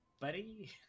buddy